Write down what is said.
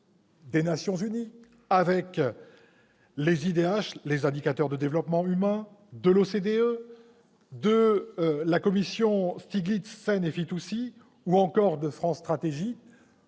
des Nations unies, avec l'IDH, l'indicateur de développement humain, ou de l'OCDE, de la commission Stiglitz-Sen-Fitoussi ou encore de France Stratégie.